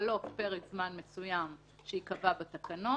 בחלוף פרק זמן מסוים שייקבע בתקנות,